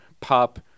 pop